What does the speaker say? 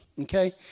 okay